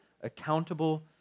accountable